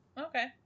Okay